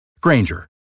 Granger